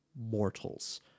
mortals